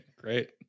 Great